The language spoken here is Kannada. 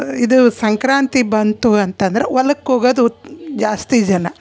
ಇದು ಸಂಕ್ರಾಂತಿ ಬಂತು ಅಂತಂದ್ರೆ ಹೊಲಕ್ ಹೋಗೋದು ಉ ಜಾಸ್ತಿ ಜನ